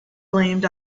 blamed